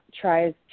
tries